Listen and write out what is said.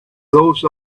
those